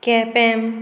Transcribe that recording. Quepem